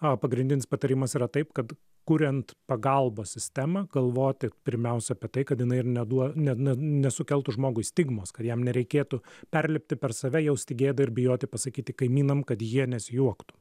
o a pagrindinis patarimas yra taip kad kuriant pagalbos sistemą galvoti pirmiausia apie tai kad jinai ir neduo ne nesukeltų žmogui stigmos kad jam nereikėtų perlipti per save jausti gėdą ir bijoti pasakyti kaimynam kad jie nesijuoktų